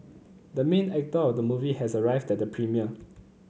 the main actor of the movie has arrived at the premiere